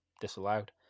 disallowed